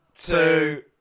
two